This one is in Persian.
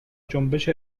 جنبش